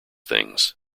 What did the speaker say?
things